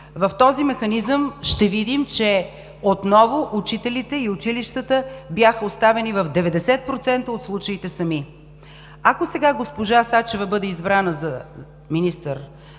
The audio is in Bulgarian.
в този механизъм ще видим, че отново учителите и училищата бяха оставени в 90% от случаите сами. Ако сега госпожа Сачева бъде избрана за социален